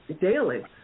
daily